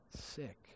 sick